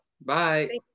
Bye